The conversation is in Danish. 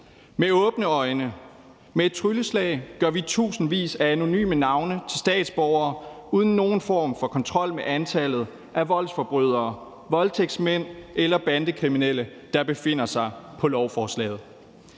Med åbne øjne, med et trylleslag gør vi tusindvis af anonyme navne til statsborgere uden nogen form for kontrol med antallet af voldsforbrydere, voldtægtsmand eller bandekriminelle, der befinder sig på lovforslaget.